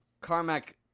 Carmack